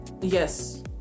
Yes